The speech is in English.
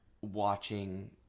watching